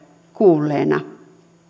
kuulleena